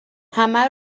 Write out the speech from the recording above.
همه